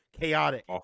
Chaotic